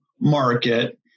market